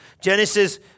Genesis